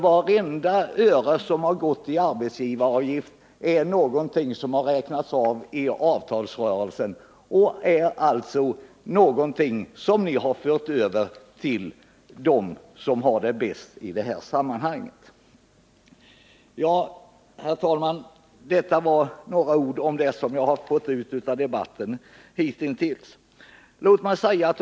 Vartenda öre som arbetsgivaravgifterna minskats med är pengar som redan räknats av i avtalsrörelsen — alltså någonting som ni har fört över till dem som har det bäst ekonomiskt. Herr talman! Detta var några ord om det jag har fått ut av den hittillsvarande debatten.